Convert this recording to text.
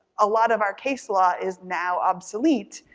a lot of our case law is now obsolete.